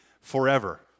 forever